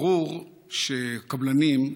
ברור שהקבלנים,